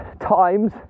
times